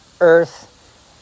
earth